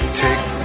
take